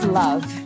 love